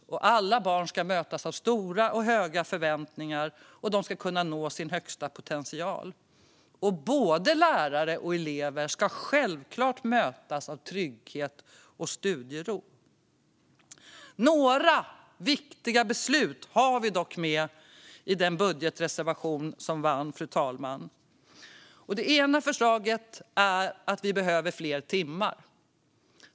Alla barn ska mötas av stora och höga förväntningar, och de ska kunna nå sin högsta potential. Både lärare och elever ska självklart mötas av trygghet och studiero. Några viktiga beslut har vi dock med i den budgetreservation som vann, fru talman. Det ena förslaget är att vi behöver fler timmar.